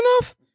enough